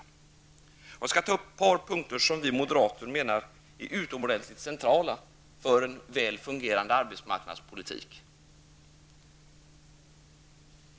Jag skall ta upp ett par punkter som vi moderater menar är utomordentligt centrala för en väl fungerande arbetsmarknadspolitik.